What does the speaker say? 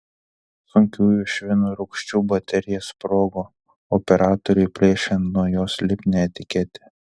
sunkiųjų švino rūgščių baterija sprogo operatoriui plėšiant nuo jos lipnią etiketę